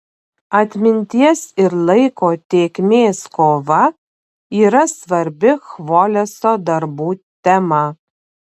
atminties ir laiko tėkmės kova yra svarbi chvoleso darbų tema